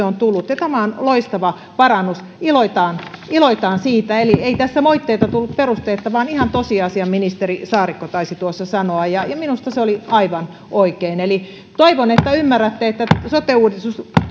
on tullut ja tämä on loistava parannus iloitaan iloitaan siitä eli ei tässä moitteita tullut perusteetta vaan ihan tosiasian ministeri saarikko taisi tuossa sanoa ja ja minusta se oli aivan oikein eli toivon että ymmärrätte että sote uudistuksen